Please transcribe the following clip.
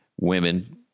Women